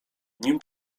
nim